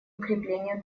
укреплению